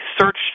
search